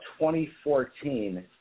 2014